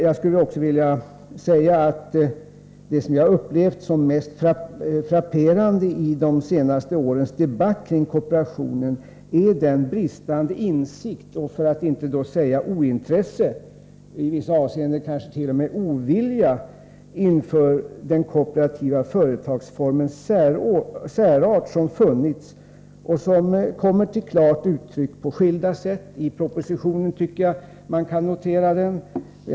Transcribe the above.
Vad jag upplevt som det mest frapperande i de senaste årens debatt om kooperationen är den brist på insikt, för att inte säga det ointresse — i vissa avseenden kanske t.o.m. ovilja — som funnits när det gäller den kooperativa företagsformens särart. Jag tycker också att samma inställning på skilda sätt har kommit till uttryck i propositionen. Herr talman!